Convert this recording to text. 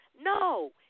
no